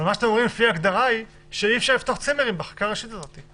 אתם אומרים לפי ההגדרה שאי-אפשר לפתוח צימרים בחקיקה הראשית הזאת.